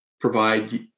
provide